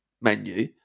menu